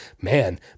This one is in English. man